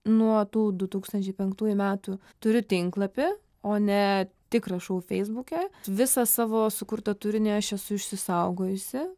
nuo tų du tūkstančiai penktųjų metų turiu tinklapį o ne tik rašau feisbuke visą savo sukurtą turinį aš esu išsisaugojusi